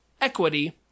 equity